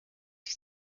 die